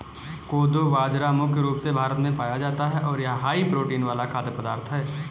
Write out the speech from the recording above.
कोदो बाजरा मुख्य रूप से भारत में पाया जाता है और यह हाई प्रोटीन वाला खाद्य पदार्थ है